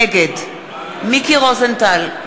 נגד מיקי רוזנטל,